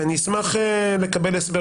ונשמח לקבל הסבר,